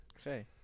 Okay